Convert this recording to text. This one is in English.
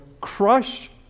crush